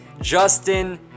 Justin